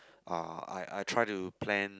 uh I I try to plan